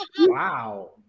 Wow